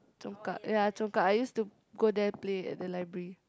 Congkak ya Congkak I used to go there play at the library